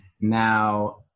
Now